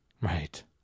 Right